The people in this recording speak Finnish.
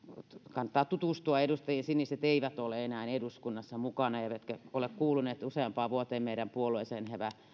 kannattaa tutustua edustajiin siniset eivät ole enää eduskunnassa mukana eivätkä ole kuuluneet useampaan vuoteen meidän puolueeseemme hehän